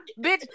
Bitch